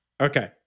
Okay